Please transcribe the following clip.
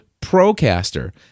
Procaster